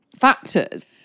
factors